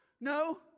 No